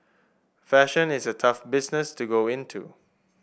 fashion is a tough business to go into